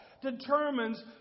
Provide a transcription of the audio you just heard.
determines